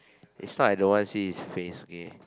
it's not I don't want see his face okay